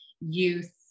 youth